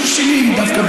היישוב שלי דווקא,